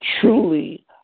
truly